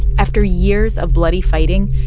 after years of bloody fighting,